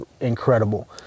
incredible